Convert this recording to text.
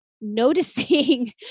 noticing